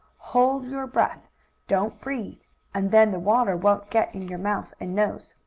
hold your breath don't breathe and then the water won't get in your mouth and nose.